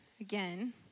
again